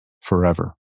forever